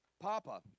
Papa